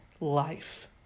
life